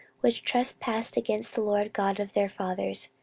which trespassed against the lord god of their fathers,